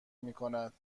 میکند